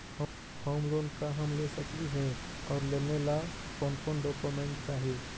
Home loan का हम ले सकली हे, और लेने ला कोन कोन डोकोमेंट चाही?